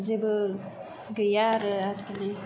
जेबो गैया आरो आजिखालि